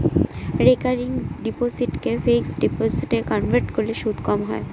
recurring ডিপোসিটকে fixed ডিপোজিটে convert করলে সুদ কম হয়